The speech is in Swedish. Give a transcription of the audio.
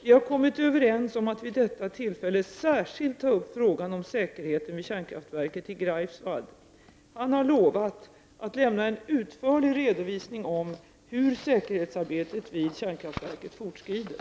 Vi har kommit överens om att vid detta tillfälle särskilt ta upp frågan om säkerheten vid kärnkraftverket i Greifswald. Han har lovat att lämna en utförlig redovisning om hur säkerhetsarbetet vid kärnkraftverket fortskrider.